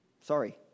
Sorry